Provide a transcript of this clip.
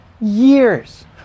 years